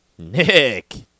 Nick